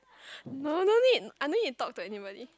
no no need I no need to talk to anybody